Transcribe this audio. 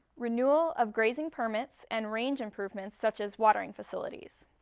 renewal of grazing permits and range improvements such as watering facilities.